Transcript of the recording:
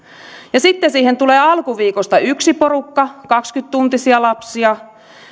ja sitten siihen tulee alkuviikosta yksi porukka kaksikymmentä tuntisia lapsia